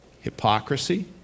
hypocrisy